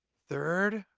third?